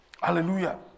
Hallelujah